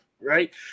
right